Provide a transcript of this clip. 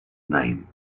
name